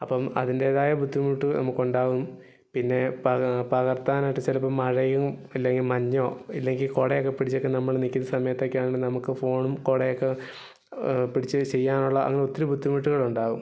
അപ്പം അതിന്റേതായ ബുദ്ധിമുട്ട് നമുക്ക് ഉണ്ടാവും പിന്നെ പകര്ത്താനായിട്ട് ചിലപ്പോൾ മഴയും അല്ലെങ്കിൽ മഞ്ഞോ ഇല്ലെങ്കിൽ കുടയൊക്കെ പിടിച്ചിട്ടൊക്കെ നമ്മൾ നിൽക്കുന്ന സമയത്തൊക്കെയാണെങ്കിൽ നമുക്ക് ഫോണും കുടയൊക്കെ പിടിച്ചു ചെയ്യാനുള്ള അങ്ങ് ഒത്തിരി ബുദ്ധിമുട്ടുകള് ഉണ്ടാവും